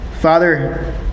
Father